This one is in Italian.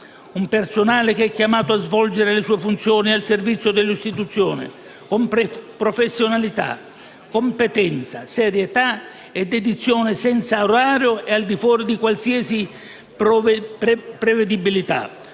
un personale chiamato a svolgere le sue funzioni al servizio dell'Istituzione con professionalità, competenza, serietà e dedizione, senza orario e al di fuori di qualsiasi prevedibilità,